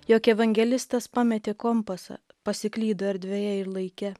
jog evangelistas pametė kompasą pasiklydo erdvėje ir laike